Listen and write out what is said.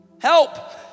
help